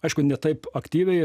aišku ne taip aktyviai